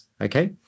okay